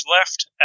left